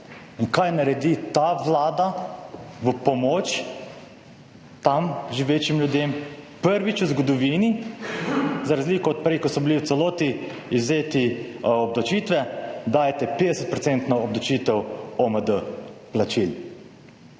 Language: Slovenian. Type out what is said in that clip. In kaj naredi ta Vlada v pomoč tam živečim ljudem? Prvič v zgodovini, za razliko od prej, ko so bili v celoti izvzeti iz obdavčitve, dajete 50 % obdavčitev OMD plačil.